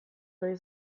nahi